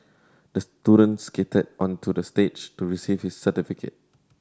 the student skated onto the stage to receive his certificate